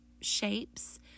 shapes